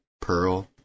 Pearl